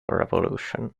revolution